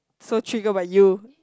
so trigger by you